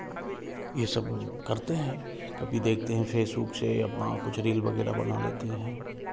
यह सब करते हैं कभी देखते हैं फेसबुक से अपना कुछ रील वगैरह बना लेते हैं